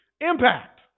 impact